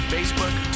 Facebook